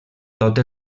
tot